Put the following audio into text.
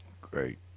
Great